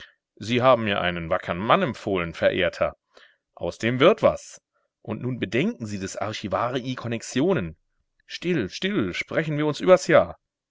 sie haben mir einen wackern mann empfohlen verehrter aus dem wird was und nun bedenken sie des archivarii konnexionen still still sprechen wir uns übers jahr